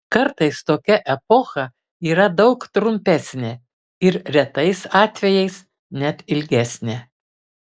kartais tokia epocha yra daug trumpesnė ir retais atvejais net ilgesnė